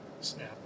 Snap